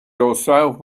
yourself